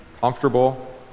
comfortable